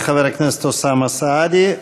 תודה לחבר הכנסת אוסאמה סעדי.